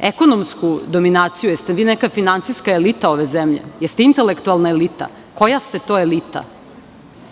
ekonomsku dominaciju. Da li ste vi neka finansijska elita ove zemlje? Da li ste intelektualna elita? Koja ste to elita?